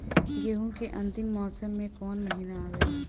गेहूँ के अंतिम मौसम में कऊन महिना आवेला?